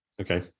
Okay